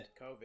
COVID